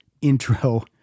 intro